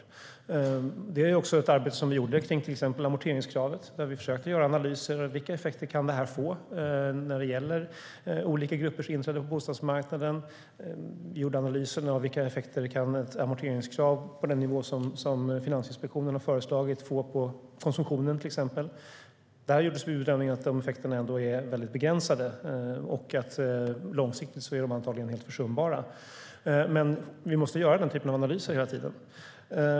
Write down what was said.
När det gällde till exempel amorteringskravet gjorde vi också ett sådant arbete, där vi försökte göra analyser av vilka effekter detta kan få för olika gruppers inträde på bostadsmarknaden. Vi gjorde analyser av vilka effekter ett amorteringskrav på den nivå som Finansinspektionen har föreslagit kan få på till exempel konsumtionen. Där gjordes bedömningen att effekterna ändå är väldigt begränsade och långsiktigt antagligen helt försumbara. Men vi måste göra den typen av analyser hela tiden.